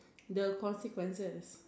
the consequences